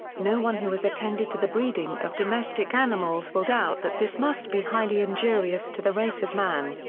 no one who has attended to the breeding of domestic animals will doubt that this must be highly injurious to the race of man.